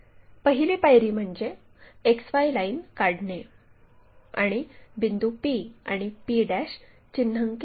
पहिली पायरी म्हणजे XY लाइन काढणे आणि बिंदू p आणि p चिन्हांकित करणे